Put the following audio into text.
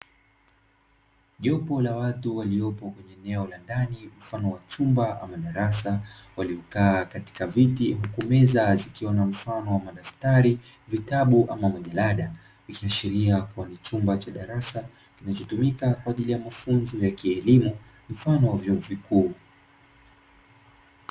Jopo la watu waliopo kwenye eneo la ndani, mfano wa chumba ama darasa, waliokaa katika viti, huku meza zikiwa na mfano wa madaftari, vitabu ama majalada. Ikiashiria kuwa ni chumba cha darasa kinachotumika kwa ajili ya mafunzo ya kielimu, mfano wa vyuo vikuu.